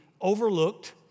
overlooked